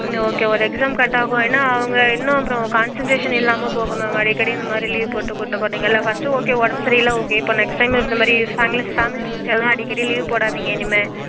ம் ஓகே ஒரு exam cut ஆகும் ஏன்னா அவங்க இன்னும் அப்புறம் கான்சென்ட்ரேஷன் இல்லாம போகும் மேம் அடிக்கடி இந்தமாதிரி லீவ் போட்டு கூட்டு போறீங்கள்ல ஃபர்ஸ்டு ஓகே உடம்பு சரியில்லை ஓகே இப்போ நெக்ஸ்ட் டைம் இந்த மாதிரி ஃபேமிலி ஃபங்ஷன்லாம் அடிக்கடி லீவ் போடாதீங்க இனிமே